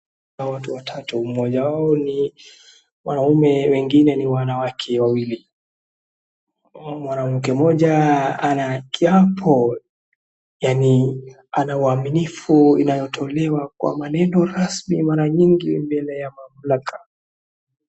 Kuna watu watatu, mmoja wao ni mwanaume, wengine ni wanawake wawili. Mwanamke mmoja ana kiapo yaani ana uaminifu unaotolewa kwa maneno rasmi mara nyingi mbele ya mamlaka.